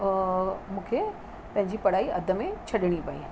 मूंखे पंहिंजी पढ़ाई अधु में छॾिणी पेई